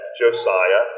Josiah